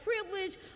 privilege